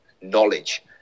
knowledge